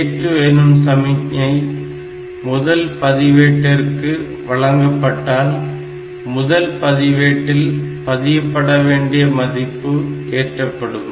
ஏற்று எனும் சமிக்ஞை முதல் பதிவேட்டிற்கு வழங்கப்பட்டால் முதல் பதிவேட்டில் பதியப்பட வேண்டிய மதிப்பு ஏற்றப்படும்